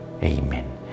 Amen